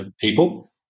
people